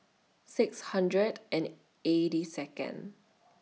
six hundred and eighty Second